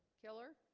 killer